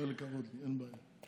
אין בעיה.